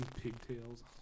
Pigtails